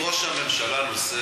נציגיו של ראש הממשלה מבקרים